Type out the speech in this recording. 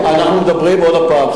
עוד הפעם,